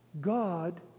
God